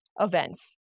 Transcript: events